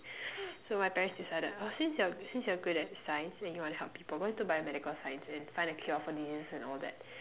so my parents decided oh since you're since you're good at science and you want to help people why don't do biomedical science and find a cure for diseases and all that